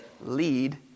lead